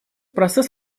процесс